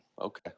Okay